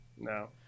no